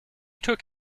took